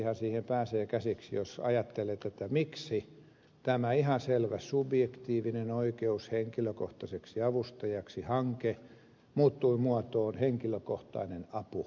epäsuorastihan siihen pääsee käsiksi jos ajattelee tätä miksi tämä ihan selvä henkilökohtainen avustaja subjektiiviseksi oikeudeksi hanke muuttui muotoon henkilökohtainen apu